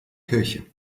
kirche